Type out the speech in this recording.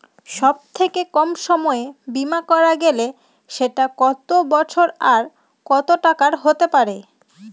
সব থেকে কম সময়ের বীমা করা গেলে সেটা কত বছর আর কত টাকার হতে পারে?